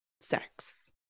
sex